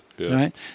right